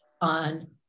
on